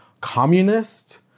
communist